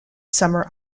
summer